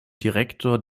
direktor